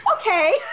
okay